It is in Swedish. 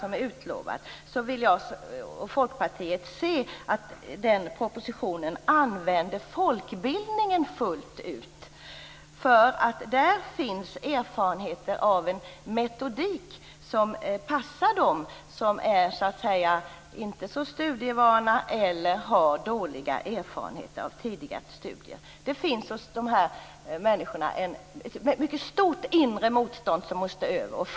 I den propositionen vill jag och Folkpartiet se att man använder folkbildningen fullt ut. Där finns erfarenheter av en metodik som passar dem som inte är så studievana eller har dåliga erfarenheter av tidigare studier. Hos dessa människor finns ett mycket stort inre motstånd som måste övervinnas.